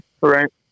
right